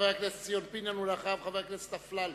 חבר הכנסת ציון פיניאן, ואחריו, חבר הכנסת אפללו.